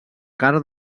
carn